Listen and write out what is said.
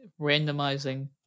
randomizing